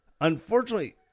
Unfortunately